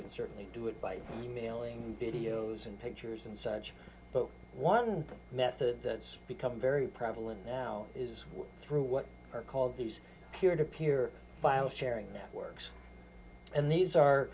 can certainly do it by emailing videos and pictures and such but one method that's become very prevalent now is through what are called these peer to peer file sharing networks and these are